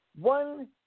one